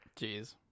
Jeez